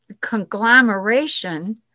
conglomeration